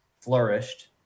flourished